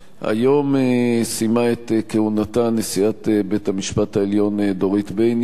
היום סיימה את כהונתה נשיאת בית-המשפט העליון דורית בייניש.